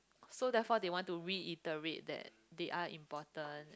so therefore they want to reiterate that they are important